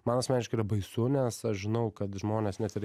man asmeniškai yra baisu nes aš žinau kad žmonės net ir